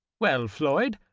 well, floyd,